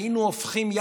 היינו הופכים,